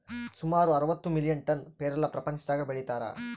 ಸುಮಾರು ಅರವತ್ತು million ton ಪೇರಲ ಪ್ರಪಂಚದಾಗ ಬೆಳೀತಾರ